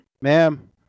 Ma'am